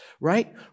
right